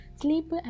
sleep